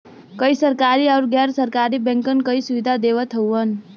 कई सरकरी आउर गैर सरकारी बैंकन कई सुविधा देवत हउवन